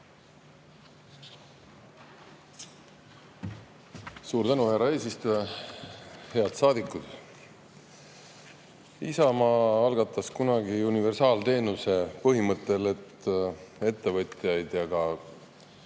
Suur tänu, härra eesistuja! Head saadikud! Isamaa algatas kunagi universaalteenuse põhimõttel, et ettevõtjaid ja ka